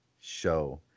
show